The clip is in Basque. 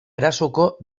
erasoko